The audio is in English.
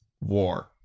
war